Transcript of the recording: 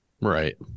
Right